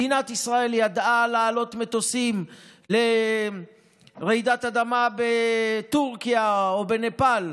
מדינת ישראל ידעה להעלות מטוסים לרעידת אדמה בטורקיה או בנפאל,